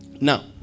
Now